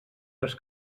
les